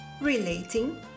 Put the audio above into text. relating